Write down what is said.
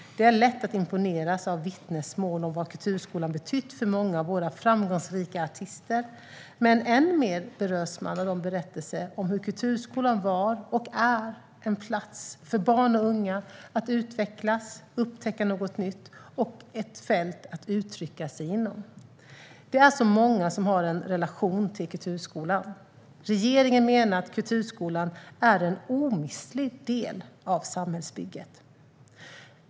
Det är lätt att imponeras av vittnesmål om vad kulturskolan betytt för många av våra framgångsrika artister, men än mer berörs man av de berättelser om hur kulturskolan var och är en plats för barn och unga att utvecklas och upptäcka något nytt, och ett fält att uttrycka sig inom. Det är så många som har en relation till kulturskolan. Regeringen menar att kulturskolan är en omistlig del av samhällsbygget.